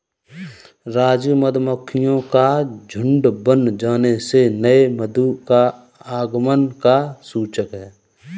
राजू मधुमक्खियों का झुंड बन जाने से नए मधु का आगमन का सूचक है